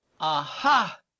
Aha